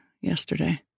yesterday